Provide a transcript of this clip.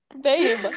Babe